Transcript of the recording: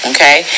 Okay